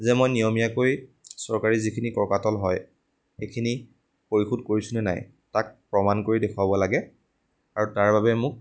যে মই নিয়মীয়াকৈ চৰকাৰী যিখিনি কৰ কাটল হয় এইখিনি পৰিশোধ কৰিছোনে নাই তাক প্ৰমাণ কৰি দেখুৱাব লাগে আৰু তাৰ বাবে মোক